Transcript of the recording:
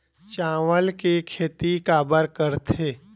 चावल के खेती काबर करथे?